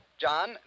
John